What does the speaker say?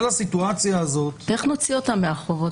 כל הסיטואציה הזאת --- איך נוציא אותם מהחובות?